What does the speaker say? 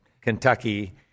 Kentucky